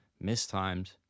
mistimed